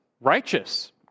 righteous